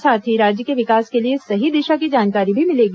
साथ ही राज्य के विकास के लिए सही दिशा की जानकारी भी मिलेगी